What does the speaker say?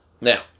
Now